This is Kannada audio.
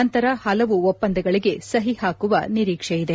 ನಂತರ ಹಲವು ಒಪ್ಪಂದಗಳಿಗೆ ಸಹಿಯಾಗುವ ನಿರೀಕ್ಷೆ ಇದೆ